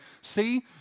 See